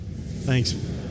Thanks